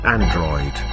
Android